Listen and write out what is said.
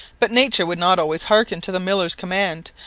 but nature would not always hearken to the miller's command,